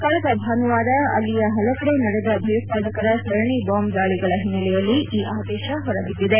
ಕಳೆದ ಭಾನುವಾರ ಅಲ್ಲಿಯ ಹಲವೆಡೆ ನಡೆದ ಭಯೋತ್ಪಾದಕರ ಸರಣಿ ಬಾಂಬ್ ದಾಳಿಗಳ ಹಿನ್ನೆಲೆಯಲ್ಲಿ ಈ ಆದೇಶ ಹೊರಬಿದ್ದಿದೆ